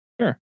sure